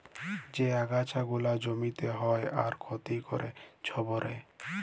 যে আগাছা গুলা জমিতে হ্যয় আর ক্ষতি ক্যরে ছবের